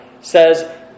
says